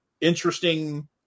interesting